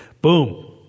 Boom